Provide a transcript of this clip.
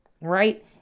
right